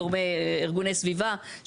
ארגוני סביבה,